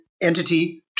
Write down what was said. entity